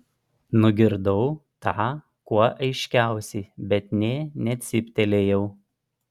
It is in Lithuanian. nugirdau tą kuo aiškiausiai bet nė necyptelėjau